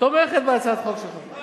תומכת בהצעת החוק שלך הסכימה.